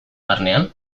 barnean